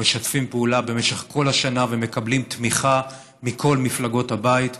אנחנו משתפים פעולה במשך כל השנה ומקבלים תמיכה מכל מפלגות הבית,